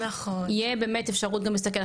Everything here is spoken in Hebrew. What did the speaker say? תהיה באמת אפשרות גם להסתכל.